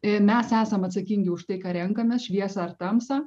ir mes esam atsakingi už tai ką renkamės šviesą ar tamsą